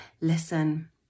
listen